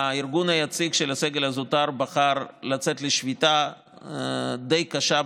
הארגון היציג של הסגל הזוטר בחר לצאת לשביתה די קשה,